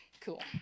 Cool